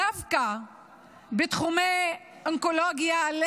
דווקא בתחומי אונקולוגיה,